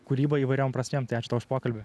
kūryba įvairiom prasmėm tai ačiū tau už pokalbį